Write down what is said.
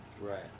Right